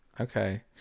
okay